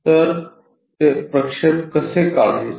हे प्रक्षेप कसे काढायचे